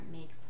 make